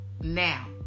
Now